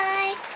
Bye